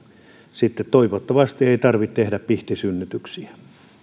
sitten toivottavasti ei tarvitse tehdä pihtisynnytyksiä